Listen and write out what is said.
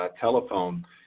telephone